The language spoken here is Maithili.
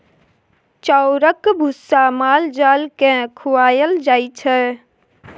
चाउरक भुस्सा माल जाल केँ खुआएल जाइ छै